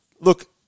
look